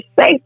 safe